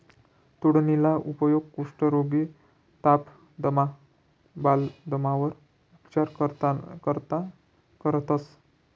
तोंडलीना उपेग कुष्ठरोग, ताप, दमा, बालदमावर उपचार करता करतंस